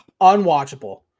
unwatchable